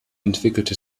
entwickelte